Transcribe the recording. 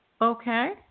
Okay